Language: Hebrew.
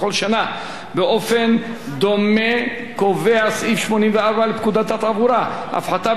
באופן דומה קובע סעיף 84 לפקודת התעבורה הפחתה ביחס לסכום הנוסף.